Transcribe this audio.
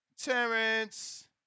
Terrence